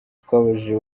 twabajije